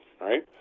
right